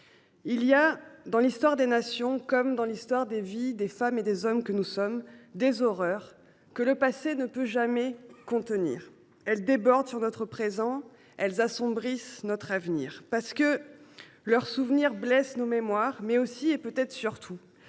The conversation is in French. Il y a dans l’histoire des nations, comme dans les vies des femmes et des hommes que nous sommes, des horreurs que le passé ne peut jamais contenir. Elles débordent sur notre présent, elles assombrissent notre avenir, non seulement parce que leur souvenir blesse nos mémoires, mais aussi et, peut être, surtout